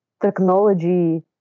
Technology